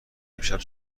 امشب